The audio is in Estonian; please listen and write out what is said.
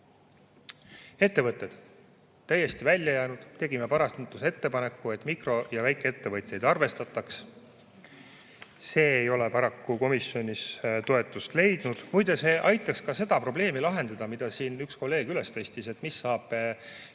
Ettevõtted on täiesti välja jäänud. Me tegime parandusettepaneku, et mikro‑ ja väikeettevõtjaid arvestataks. See ei ole paraku komisjonis toetust leidnud. Muide, see aitaks ka selle probleemi lahendada, mille siin üks kolleeg üles tõstis: et mis saab